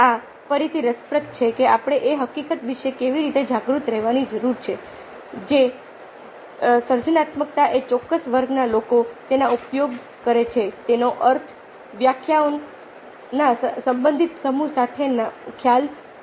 આ ફરીથી રસપ્રદ છે કે આપણે એ હકીકત વિશે કેવી રીતે જાગૃત રહેવાની જરૂર છે કે સર્જનાત્મકતા એ ચોક્કસ વર્ગના લોકો તેનો ઉપયોગ કરે છે તેના આધારે વ્યાખ્યાઓના સંબંધિત સમૂહ સાથેનો ખ્યાલ છે